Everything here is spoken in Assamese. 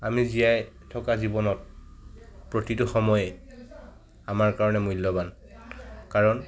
আমি জীয়াই থকা জীৱনত প্ৰতিটো সময়ে আমাৰ কাৰণে মূল্যৱান কাৰণ